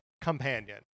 companion